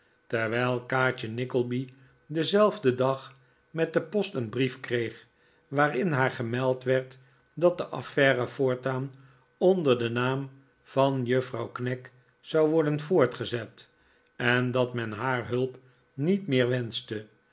terwijl kaatje nickleby denzelfden dag met de post een briefje kreeg waarin haar gemeld werd dat de affaire voortaan onder den naam van juffrouw knag zou worden voortgezet en dat men haar hulp niet meer wenschte